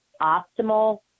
optimal